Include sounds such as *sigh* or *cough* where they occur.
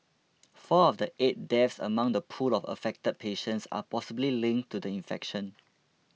*noise* four of the eight deaths among the pool of affected patients are possibly linked to the infection